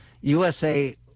USA